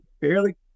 fairly